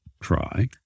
try